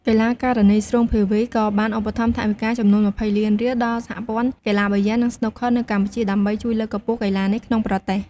កីឡាការិនីស្រួង ភាវី ក៏បានឧបត្ថម្ភថវិកាចំនួន ២០លានរៀលដល់សហព័ន្ធកីឡាប៊ីយ៉ា និងស្នូកឃ័រនៅកម្ពុជា ដើម្បីជួយលើកកម្ពស់កីឡានេះក្នុងប្រទេស។